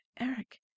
Eric